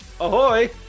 ahoy